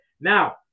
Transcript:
now